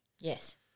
Yes